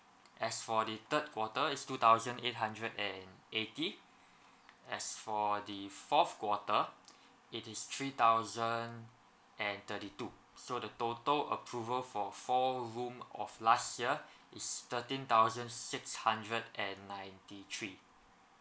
as for the third quarter is two thousand eight hundred and eighty as for the fourth quarter it is three thousand and thirty two so the total approval for four room of last year it's thirteen thousand six hundred and ninety three